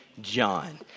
John